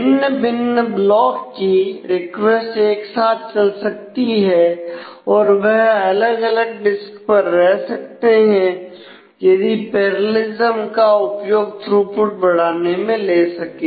भिन्न भिन्न ब्लॉक की रिक्वेस्ट एक साथ चल सकती है और वह अलग अलग डिस्क पर रह सकते हैं यदि पैरेललिज्म बढ़ाने में ले सके